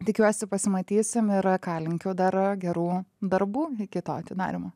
tikiuosi pasimatysim ir ką linkiu dar gerų darbų iki to atidarymo